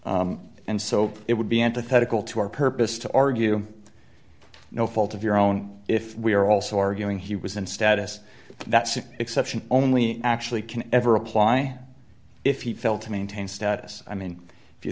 and so it would be antithetical to our purpose to argue no fault of your own if we are also arguing he was in status that's an exception only actually can ever apply if he felt to maintain status i mean if you